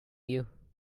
you